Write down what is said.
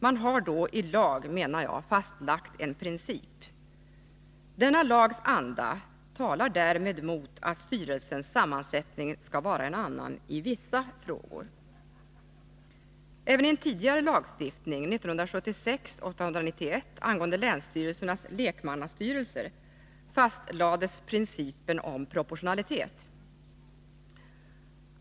Man har då i lag fastlagt en princip. Denna lags anda talar därmed mot att styrelsens sammansättning skall vara en annan i vissa frågor. Även i en tidigare lagstiftning, SFS 1976:891 angående länsstyrelsernas lekmannastyrelser, fastlades principen om proportionalitet.